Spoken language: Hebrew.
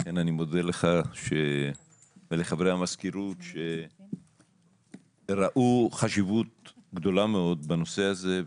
לכן אני מודה לך ולחברי המזכירות שראו חשיבות גדולה מאוד בנושא הזה.